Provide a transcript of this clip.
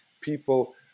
people